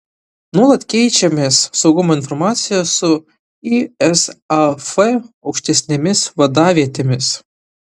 nuolat keičiamės saugumo informacija su isaf aukštesnėmis vadavietėmis